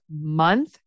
month